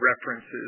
references